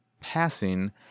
passing